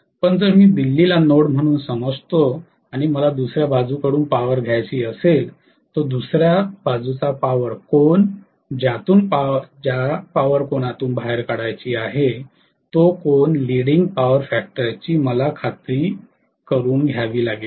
पण जर मी दिल्लीला नोड म्हणून समजतो आणि मला दुस या बाजूकडून पॉवर घ्यायची असेल तर दुस या बाजूचा पॉवर कोन ज्यातून पॉवर कोनातून बाहेर काढायची आहे तो कोन लिडिंग पॉवर फॅक्टर ची मला खात्री करून घ्यावी लागेल